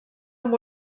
amb